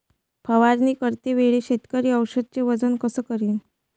फवारणी करते वेळी शेतकरी औषधचे वजन कस करीन?